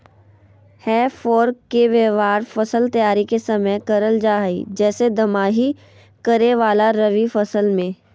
हे फोर्क के व्यवहार फसल तैयारी के समय करल जा हई, जैसे दमाही करे वाला रवि फसल मे